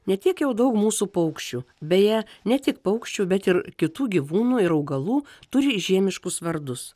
ne tiek jau daug mūsų paukščių beje ne tik paukščių bet ir kitų gyvūnų ir augalų turi žiemiškus vardus